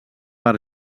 per